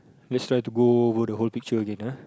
let's try to go over the whole picture again ah